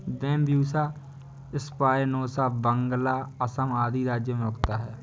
Bambusa spinosa Bengal, Assam आदि राज्यों में उगता है